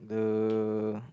the